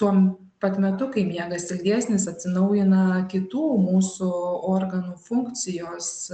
tuom pat metu kai miegas ilgesnis atsinaujina kitų mūsų organų funkcijos